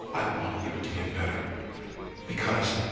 i want you to get better because,